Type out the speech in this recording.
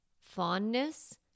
fondness